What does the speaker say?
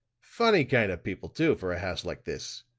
funny kind of people too, for a house like this.